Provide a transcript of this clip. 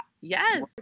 yes